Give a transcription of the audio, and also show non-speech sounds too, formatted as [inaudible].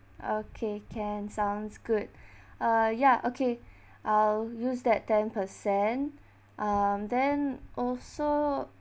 okay can sounds good [breath] uh ya okay I'll use that ten percent um then also